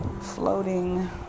floating